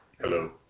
Hello